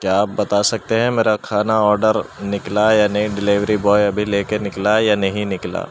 کیا آپ بتا سکتے ہیں میرا کھانا آڈر ںکلا یا نہیں ڈلیوری بوائے ابھی لے کے نکلا یا نہیں نکلا